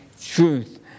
truth